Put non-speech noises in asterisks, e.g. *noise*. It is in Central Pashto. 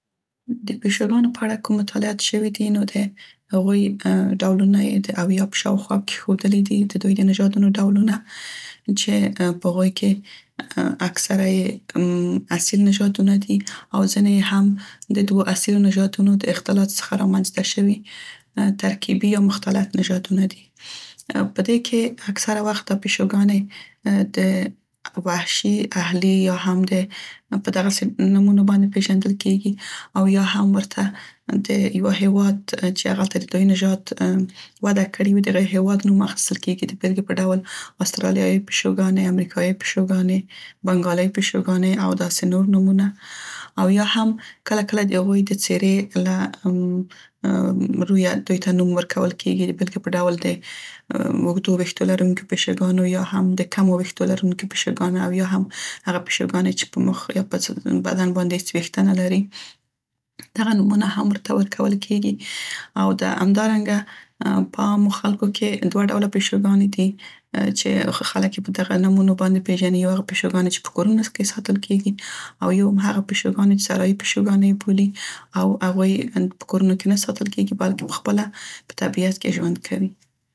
اصیل نژادونه دي *hesitation* د پیشوګانو په اړه کوم مطالعات چې شوی دي نو د هغوی ډولونه یې د اویا په شاوخوا کې ښوودلي دي، د دوی د نژادونو ډولونه، چې په هغوی کې اکثره یې او ځينې د هم دوو اصیلو نژادونو د اختلاط څخه رامنځته شوي ترکیبي یا مختلط نژادونه دي. په دې کې اکثره وخت دا پیشوګانې د وحشي، اهلي یا هم دې په دغسې نومونو باندې پيژندل کیګي او یا هم ورته د یوه هیواد چې هغلته د دوی نژاد وده کړې وي د د هغه هیواد نوم اخیستل کیګي. .رویه دوی ته نوم ورکول کیګي *hesitation* د بیلګې په ډول استرالیايۍ پیشوګانې، امریکایۍ پیشوګانې، بنګالۍ پیشوګانې او داسې نور نومونه او یا هم کله کله د هغوی د څیرې له د بیلګې په ډول د اوږدو ویښتو لرونکو پیشوګانو او یا هم د کمو ویښتو لرونکو پیشوګانو او یا هغه پیشوګانې چې په مخ یا په بدن باندې هیڅ ویښته نه لري، دغه نومونه هم ورته ورکول کیګي. او د همدارنګه په عامو خلکو کې دوه ډوله پیشوګانې دي چې خلک یې په دغه نومونو باندې پیژني. یو هغه پیشوګانې چې په کورونو کې ساتل کیګي او یو هم هغه پیشوګانې چې سرايي پیشوګانې یې بولي او هغوی په .کورنو کې نه ساتل کیګي بلکې په خپله په طبیعت کې ژوند کوي